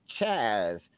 Chaz